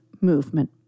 movement